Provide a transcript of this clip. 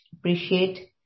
Appreciate